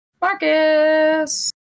Marcus